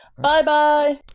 Bye-bye